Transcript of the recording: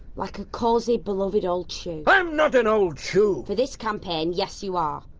like a cosy, beloved old shoe. i'm not an old shoe. for this campaign, yes you are.